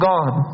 God